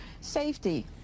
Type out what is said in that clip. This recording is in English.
safety